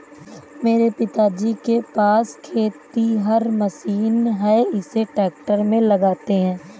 मेरे पिताजी के पास खेतिहर मशीन है इसे ट्रैक्टर में लगाते है